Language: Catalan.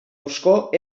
foscor